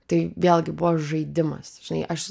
tai vėlgi buvo žaidimas žinai aš